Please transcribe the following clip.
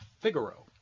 Figaro